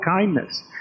kindness